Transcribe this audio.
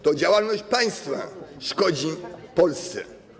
To działalność państwa szkodzi Polsce.